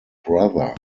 brother